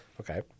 Okay